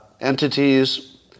entities